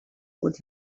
would